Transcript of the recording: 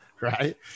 Right